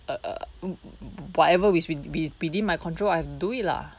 err wha~ whatever which is within my control I have do it lah